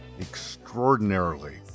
extraordinarily